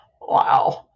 Wow